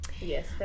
yes